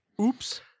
oops